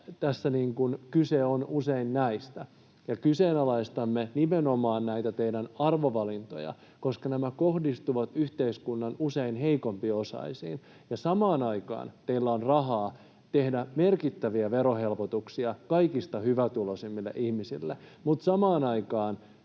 kyse on usein näistä. Ja kyseenalaistamme nimenomaan näitä teidän arvovalintojanne, koska nämä kohdistuvat usein yhteiskunnan heikompiosaisiin. Ja samaan aikaan teillä on rahaa tehdä merkittäviä verohelpotuksia kaikista hyvätuloisimmille ihmisille, mutta samaan aikaan